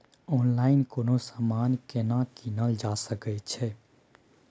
Online कोनो समान केना कीनल जा सकै छै?